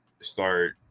start